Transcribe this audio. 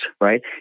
right